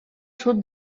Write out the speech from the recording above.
sud